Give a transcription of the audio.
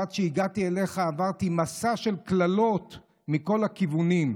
ועד שהגעתי אליך עברתי מסע של קללות מכל הכיוונים.